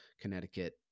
connecticut